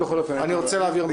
בכל אופן לגבי הסתייגות,